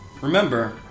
Remember